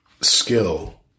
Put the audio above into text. skill